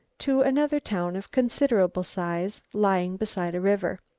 to another town of considerable size lying beside a river.